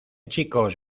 chicos